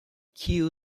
kiu